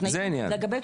זה העניין.